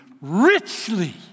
richly